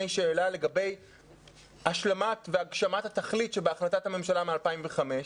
שאלה לגבי הגשמת התכלית שבהחלטת הממשלה מ-2005.